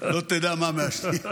לא תדע מה הם מעשנים.